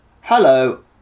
Hello